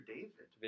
David